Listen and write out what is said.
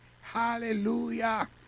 Hallelujah